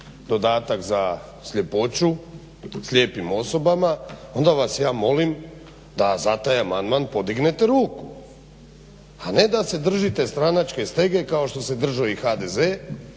dodatak na sljepoću, slijepim osobama, onda vas ja molim da za taj amandman podignete ruku, a ne da se držite stranačke stege kao što se držao i HDZ,